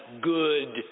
Good